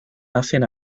hacen